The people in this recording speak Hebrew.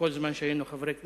כל זמן שהיינו חברי כנסת,